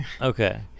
Okay